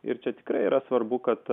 ir čia tikrai yra svarbu kad